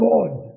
God